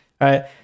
right